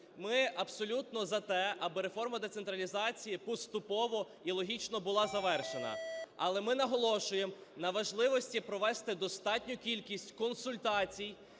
Ми абсолютно за те, аби реформа децентралізації поступово і логічно була завершена. Але ми наголошуємо на важливості провести достатню кількість консультацій,